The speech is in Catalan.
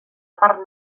part